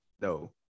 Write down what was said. no